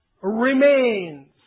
remains